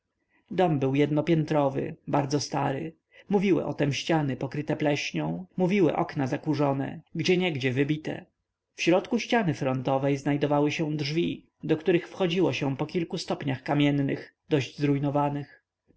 dom był jednopiętrowy bardzo stary mówiły o tem ściany pokryte pleśnią mówiły okna zakurzone gdzieniegdzie wybite w środku ściany frontowej znajdowały się drzwi do których wchodziło się po kilku stopniach kamiennych dość zrujnowanych